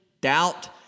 doubt